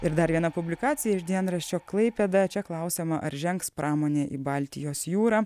ir dar viena publikacija iš dienraščio klaipėda čia klausiama ar žengs pramonė į baltijos jūrą